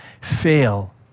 fail